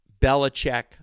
Belichick